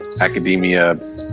academia